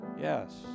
yes